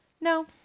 No